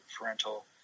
parental